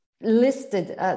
listed